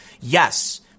Yes